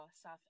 South